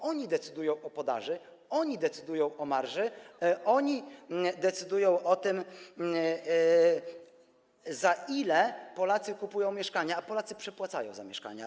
To oni decydują o podaży, oni decydują o marży, oni decydują o tym, za ile Polacy kupują mieszkania, a Polacy przepłacają za mieszkania.